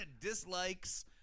Dislikes